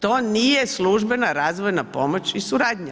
To nije službena razvojna pomoć i suradnja.